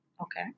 Okay